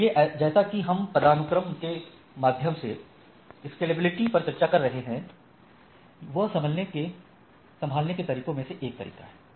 इसलिए जैसा कि हम पदानुक्रम के माध्यम से स्केलेबिलिटी पर चर्चा कर रहे हैं वह संभालने के तरीकों में से एक तरीका है